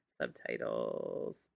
Subtitles